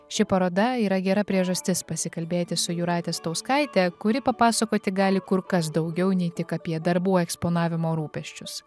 ši paroda yra gera priežastis pasikalbėti su jūrate stauskaite kuri papasakoti gali kur kas daugiau nei tik apie darbų eksponavimo rūpesčius